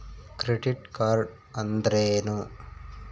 Credit card ಅಂದ್ರೇನು?